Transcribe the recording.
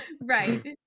Right